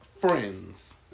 friends